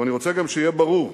אבל אני רוצה גם שיהיה ברור,